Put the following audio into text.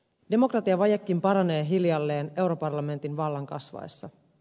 demokratiavajekin paranee hiljalleen europarlamentin vallan kasvaessa